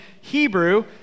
Hebrew